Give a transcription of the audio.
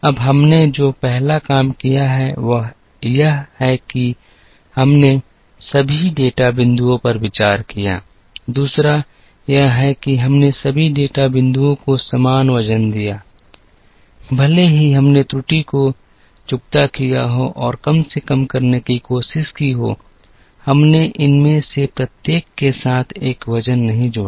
अब हमने जो पहला काम किया है वह यह है कि हमने सभी डेटा बिंदुओं पर विचार किया है दूसरा यह है कि हमने सभी डेटा बिंदुओं को समान वजन दिया है भले ही हमने त्रुटि को चुकता किया हो और कम से कम करने की कोशिश की हो हमने इनमें से प्रत्येक के साथ एक वजन नहीं जोड़ा